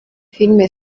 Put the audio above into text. filime